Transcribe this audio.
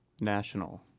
national